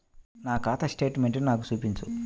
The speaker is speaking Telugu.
నా ఖాతా స్టేట్మెంట్ను నాకు చూపించు